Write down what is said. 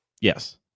yes